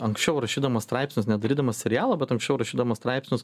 anksčiau rašydamas straipsnius ne darydamas serialą bet anksčiau rašydamas straipsnius